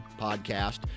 podcast